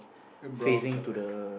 got brown colour